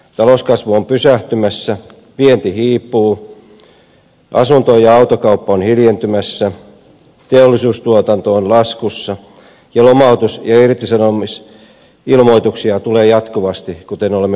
talouskasvu on pysähtymässä vienti hiipuu asunto ja autokauppa on hiljentymässä teollisuustuotanto on laskussa ja lomautus ja irtisanomisilmoituksia tulee jatkuvasti kuten olemme huomanneet